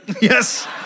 Yes